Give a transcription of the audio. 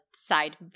side